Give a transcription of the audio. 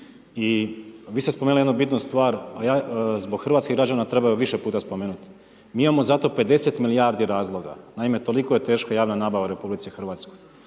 i vi ste spomenuli jednu bitnu stvar, a ja zbog hrvatskih građana treba ju više puta spomenut. Mi imamo za to 50 milijardi razloga, naime toliko je teška javna nabava u RH i tu